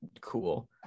cool